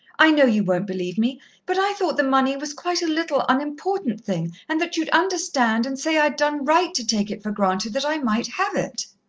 i know you won't believe me but i thought the money was quite a little, unimportant thing, and that you'd understand, and say i'd done right to take it for granted that i might have it.